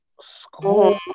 school